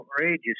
outrageous